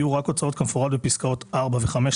יהיו רק הוצאות כמפורט בפסקאות (4) ו-(5)